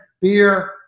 beer